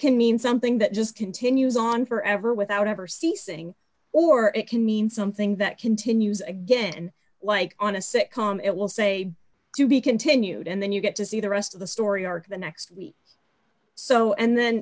can mean something that just continues on forever without ever ceasing or it can mean something that continues again like on a sitcom it will say to be continued and then you get to see the rest of the story arc the next week or so and then